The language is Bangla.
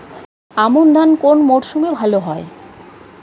আমন ধান কোন মরশুমে ভাল হয়?